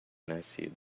nascido